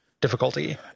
difficulty